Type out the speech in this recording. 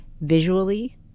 Visually